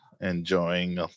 enjoying